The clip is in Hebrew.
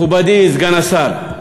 מכובדי סגן השר,